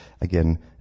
again